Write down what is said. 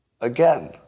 again